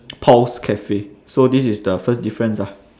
paul's cafe so this is the first difference ah